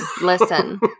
listen